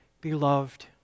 beloved